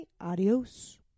Adios